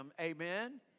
amen